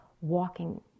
walking